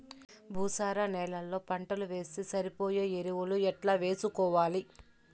భూసార నేలలో పంటలు వేస్తే సరిపోయే ఎరువులు ఎట్లా వేసుకోవాలి?